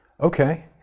okay